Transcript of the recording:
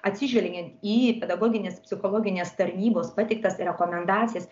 atsižvelgiant į pedagoginės psichologinės tarnybos pateiktas rekomendacijas